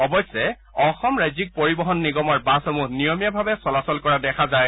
অৱশ্যে অসম ৰাজ্যিক পৰিৱহন নিগমৰ বাছসমূহ নিয়মীয়াভাৱে চলাচল কৰা দেখা যায়